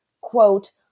quote